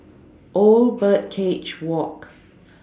Old Birdcage Walk